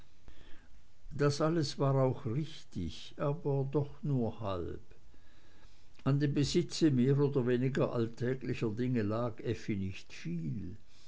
das alles war auch richtig aber doch nur halb an dem besitze mehr oder weniger alltäglicher dinge lag effi nicht viel